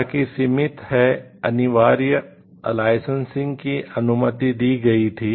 तक सीमित हैं अनिवार्य लाइसेंसिंग की अनुमति दी गई थी